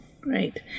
Great